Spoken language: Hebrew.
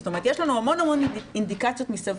זאת אומרת יש לנו המון אינדיקציות מסביב